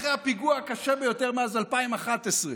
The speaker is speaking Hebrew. אחרי הפיגוע הקשה ביותר מאז 2011,